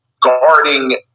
guarding